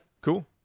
cool